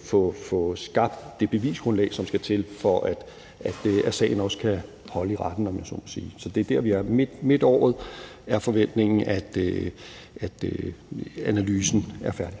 få skabt det bevisgrundlag, som skal til, for at sagen også kan holde i retten, om jeg så må sige. Så det er der, vi er. Det er forventningen, at analysen er færdig